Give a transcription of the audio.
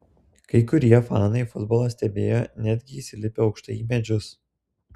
kai kurie fanai futbolą stebėjo netgi įsilipę aukštai į medžius